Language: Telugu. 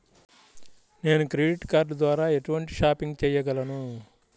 నేను క్రెడిట్ కార్డ్ ద్వార ఎటువంటి షాపింగ్ చెయ్యగలను?